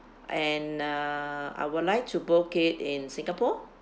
and uh I would like to book it in singapore